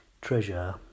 Treasure